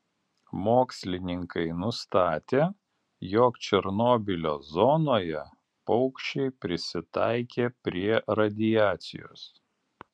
mokslininkai nustatė jog černobylio zonoje paukščiai prisitaikė prie radiacijos